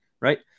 right